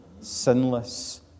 sinless